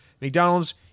McDonald's